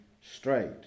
straight